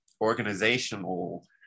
organizational